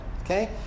okay